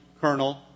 colonel